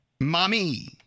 Mommy